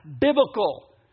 biblical